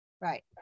Right